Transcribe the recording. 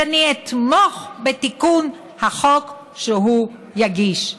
שאני אתמוך בתיקון החוק שהוא יגיש,